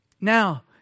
Now